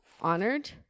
honored